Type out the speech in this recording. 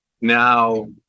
now